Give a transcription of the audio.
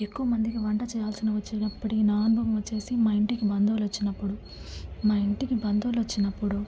ఎక్కువమందికి వంటచేయాల్సి వచ్చినప్పడికి నాను వచ్చి మా ఇంటికి బంధువులు వచ్చినప్పుడు మా ఇంటికి బంధువులు వచ్చినప్పుడు